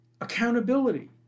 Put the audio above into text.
accountability